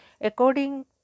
According